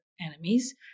enemies